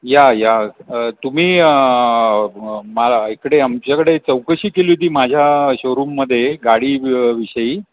या या तुम्ही मला इकडे आमच्याकडे चौकशी केली होती माझ्या शोरूममध्ये गाडी विषयी